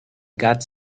got